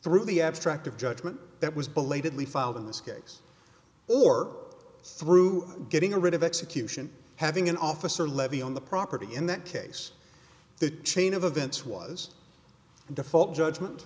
through the abstract of judgment that was belatedly filed in this case or through getting a writ of execution having an officer levy on the property in that case the chain of events was the default judgment